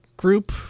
group